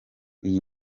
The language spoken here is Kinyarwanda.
iyi